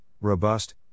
robust